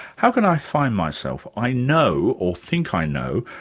how could i find myself? i know, or think i know,